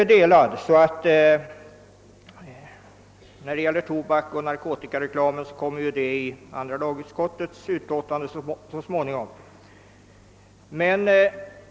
Den del av motionen som avser tobaksoch narkotikareklamen kommer så småningom att tas upp i ett utlåtande från andra lagutskottet.